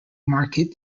market